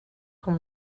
com